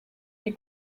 die